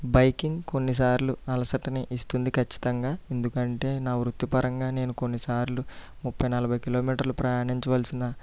biking కొన్నిసార్లు అలసటని ఇస్తుంది ఖచ్చితంగా ఎందుకంటే నా వృత్తిపరంగా నేను కొన్నిసార్లు ముఫై నలభై కిలోమీటర్లు ప్రయాణించవలసిన